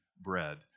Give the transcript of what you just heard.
bread